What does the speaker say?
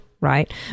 Right